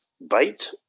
bite